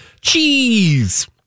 cheese